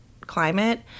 climate